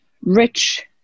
rich